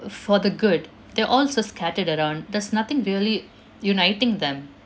for the good they're all so scattered around there's nothing really uniting them